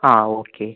ആ ഓക്കെ